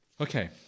Okay